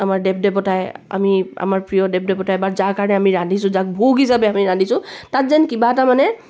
আমাৰ দেৱ দেৱতাই আমি আমাৰ প্ৰিয় দেৱ দেৱতাই বা যাৰ কাৰণে আমি ৰান্ধিছোঁ যাক ভোগ হিচাপে আমি ৰান্ধিছোঁ তাত যেন কিবা এটা মানে